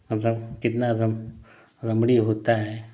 मतलब कितना धम रमणीय होता है